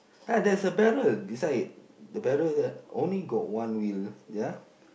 uh there's a barrel beside it the barrel only got one wheel ya